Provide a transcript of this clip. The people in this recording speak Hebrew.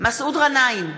מסעוד גנאים,